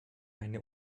eine